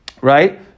right